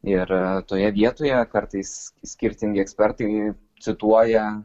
ir toje vietoje kartais skirtingi ekspertai cituoja